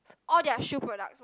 all their shoe products